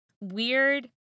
weird